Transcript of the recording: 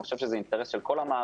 אני חושב שזה אינטרס של כל המערכת